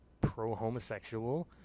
pro-homosexual